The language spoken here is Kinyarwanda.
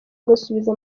agasubiza